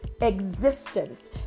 existence